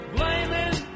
Blaming